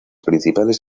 principales